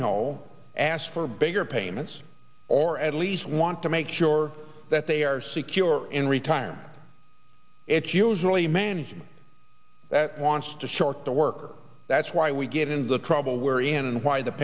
know ask for bigger payments or at least want to make sure that they are secure in retirement it's usually management that wants to short the work that's why we get in the trouble we're in and why the